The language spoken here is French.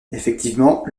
effectivement